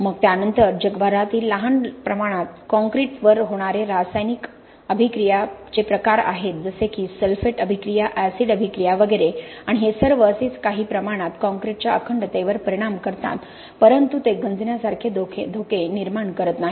मग त्यानंतर जगभरातील लहान प्रमाणात काँक्रीट वर होणारे रासायनिक आक्रमणाचे प्रकार आहेत जसे की सल्फेट अभिक्रिया अभिक्रिया ऍसिड अभिक्रिया वैगरे आणि हे सर्व असेच काही प्रमाणात काँक्रीटच्या अखंडतेवर परिणाम करतात परंतु ते गंजण्यासारखे धोके निर्माण करत नाही